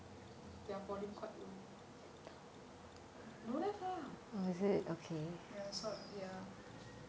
their volume quite low don't have lah ya ya